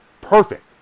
perfect